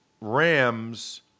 Rams